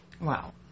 Wow